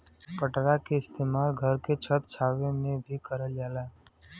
पटरा के इस्तेमाल घर के छत छावे में भी करल जाला